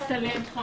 הישיבה ננעלה בשעה